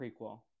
prequel